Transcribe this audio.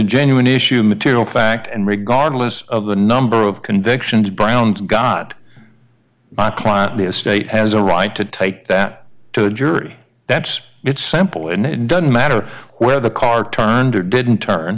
genuine issue material fact and regardless of the number of convictions brown's got client the estate has a right to take that to a jury that it's simple and then doesn't matter where the car turned or didn't turn